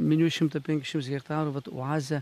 miniu šimto penkiasdešims hektarų vat oazę